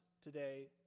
today